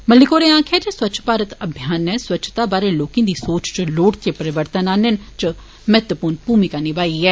मलिक होरें आक्खेआ जे स्वच्छ भारत अभियान नै स्वच्छता बारै लोकें दी सोच च लोड़चदे परिवर्तन आनने च महत्वपूर्ण भूमिका निमाई ऐ